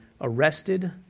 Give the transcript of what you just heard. arrested